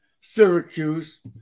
Syracuse